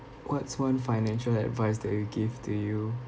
what's one financial advice that you would give to you